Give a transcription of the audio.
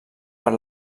per